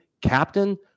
captain